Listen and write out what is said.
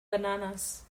bananas